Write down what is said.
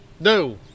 No